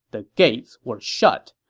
the gates were shut,